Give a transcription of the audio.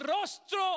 rostro